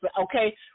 Okay